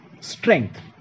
strength